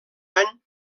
any